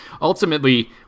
ultimately